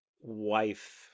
wife